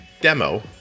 demo